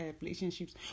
relationships